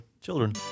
children